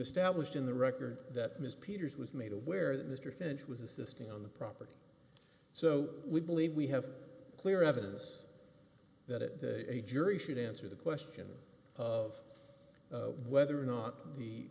established in the record that ms peters was made aware that mr finch was assisting on the property so we believe we have clear evidence that a jury should answer the question of whether or not